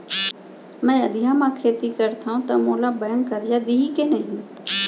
मैं अधिया म खेती करथंव त मोला बैंक करजा दिही के नही?